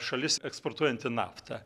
šalis eksportuojanti naftą